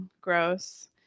Gross